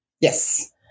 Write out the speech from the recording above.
Yes